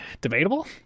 debatable